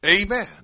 Amen